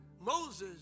Moses